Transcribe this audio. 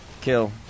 Kill